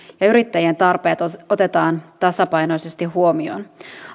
ja yrittäjien tarpeet otetaan tasapainoisesti huomioon